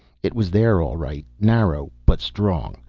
it was there all right, narrow but strong.